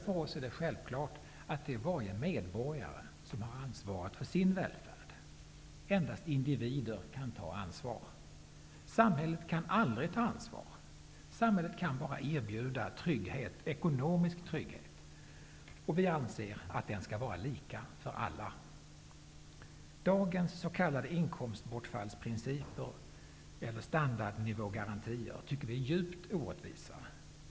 För oss är det självklart att varje medborgare har ansvaret för sin välfärd. Endast individer kan ta ansvar. Sam hället kan aldrig ta ansvar. Samhället kan bara er bjuda trygghet, ekonomisk trygghet, och vi anser att den skall vara lika för alla. Dagens s.k. inkomstbortfallsprinciper eller standardnivågarantier tycker vi är djupt orättvisa.